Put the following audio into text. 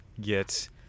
get